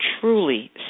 truly